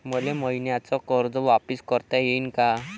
मले मईन्याचं कर्ज वापिस करता येईन का?